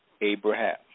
Abraham